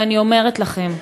ואני אומרת לכם: